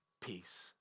peace